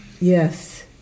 Yes